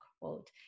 quote